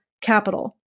capital